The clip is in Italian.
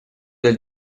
del